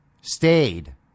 stayed